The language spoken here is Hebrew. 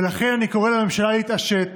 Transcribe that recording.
ולכן אני קורא לממשלה להתעשת,